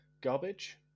garbage